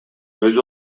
өзү